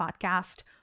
podcast